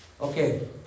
Okay